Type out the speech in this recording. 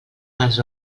les